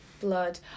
Blood